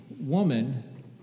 woman